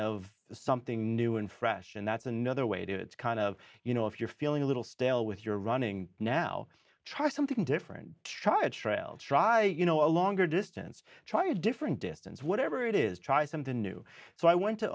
of something new and fresh and that's another way to it's kind of you know if you're feeling a little stale with your running now try something different try a trail try you know a longer distance try a different distance whatever it is try something new so i went to